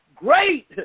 Great